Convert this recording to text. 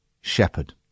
Shepherd